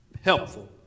helpful